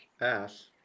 Ass